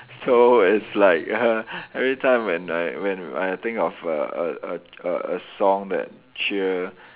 so it's like every time when I when I think of a a a a a song that cheer